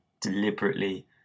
deliberately